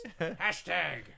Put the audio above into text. Hashtag